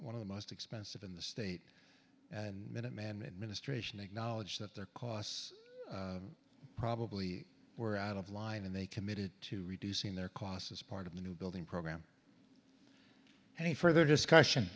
one of the most expensive in the state and minuteman administration acknowledged that their costs probably were out of line and they committed to reducing their costs as part of the new building program any further discussion